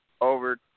over